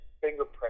fingerprint